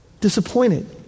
disappointed